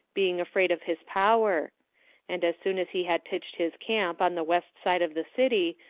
being afraid of his power and as soon as he had pitched his camp on the west side of the city,